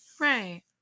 Right